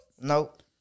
Nope